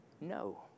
No